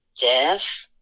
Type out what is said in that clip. death